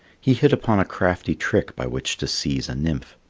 he hit upon a crafty trick by which to seize a nymph.